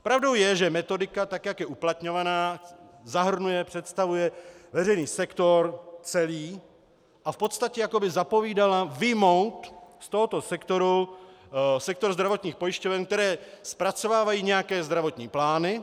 Pravdou je, že metodika, tak jak je uplatňovaná, zahrnuje, představuje veřejný sektor celý a v podstatě jako by zapovídala vyjmout z tohoto sektoru sektor zdravotních pojišťoven, které zpracovávají nějaké zdravotní plány.